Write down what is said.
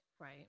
Right